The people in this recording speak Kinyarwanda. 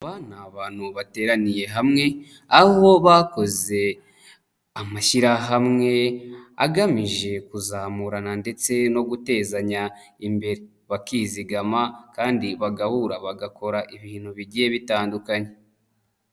Aba ni abantu bateraniye hamwe, aho bakoze amashyirahamwe agamije kuzamurana ndetse no gutezanya imbere. Bakizigama kandi bagahura bagakora ibintu bigiye bitandukanye.